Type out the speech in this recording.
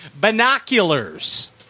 Binoculars